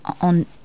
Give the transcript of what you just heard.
on